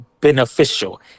beneficial